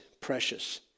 precious